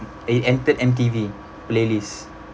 it entered M_T_V playlist